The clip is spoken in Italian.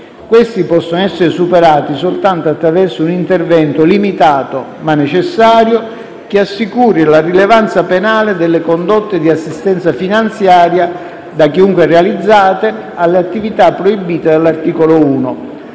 Questi possono essere superati soltanto attraverso un intervento limitato, ma necessario, che assicuri la rilevanza penale delle condotte di assistenza finanziaria, da chiunque realizzate, alle attività proibite dall'articolo 1;